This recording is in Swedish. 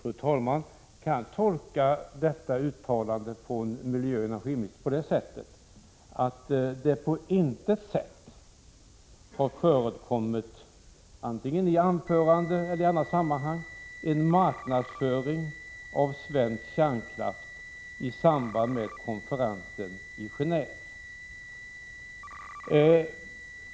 Fru talman! Kan jag tolka detta uttalande från miljöoch energiministern så att det på intet sätt har förekommit vare sig i anföranden eller i andra sammanhang en marknadsföring av svensk kärnkraft i samband med konferensen i Gendve?